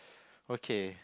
okay